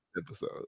Episode